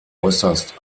äußerst